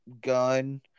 gun